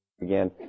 Again